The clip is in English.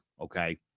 Okay